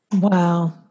Wow